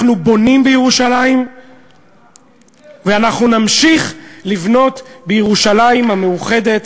אנחנו בונים בירושלים ואנחנו נמשיך לבנות בירושלים המאוחדת,